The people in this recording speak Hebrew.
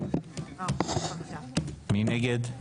מי נגד?